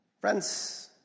Friends